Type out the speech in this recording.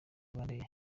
rwandair